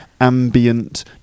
ambient